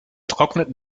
trocknet